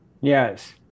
Yes